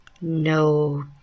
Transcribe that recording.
No